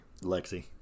Lexi